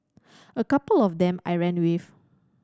a couple of them I ran with